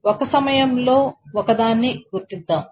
ఒక సమయం లో ఒకదాన్ని గుర్తిద్దాం